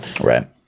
Right